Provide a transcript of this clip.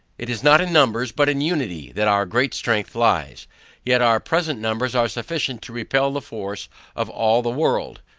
it is not in numbers, but in unity, that our great strength lies yet our present numbers are sufficient to repel the force of all the world.